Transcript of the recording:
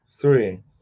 three